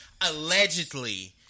allegedly